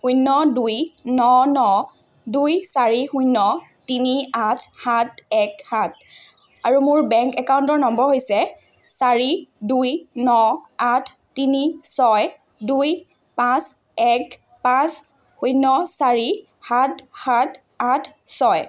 শূন্য দুই ন ন দুই চাৰি শূন্য তিনি আঠ সাত এক সাত আৰু মোৰ বেংক একাউণ্টৰ নম্বৰ হৈছে চাৰি দুই ন আঠ তিনি ছয় দুই পাঁচ এক পাঁচ শূন্য চাৰি সাত সাত আঠ ছয়